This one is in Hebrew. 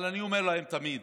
אבל אני אומר להם תמיד,